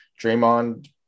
Draymond